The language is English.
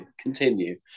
continue